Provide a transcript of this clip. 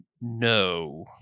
No